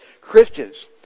Christians